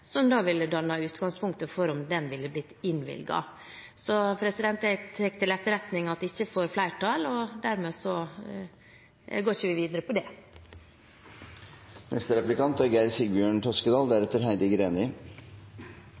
som da ville dannet utgangspunktet for om den ville ha blitt innvilget. Jeg tar til etterretning at det ikke får flertall, og dermed går vi ikke videre på det. Jeg er enig med statsråden i alt som går på at integrering er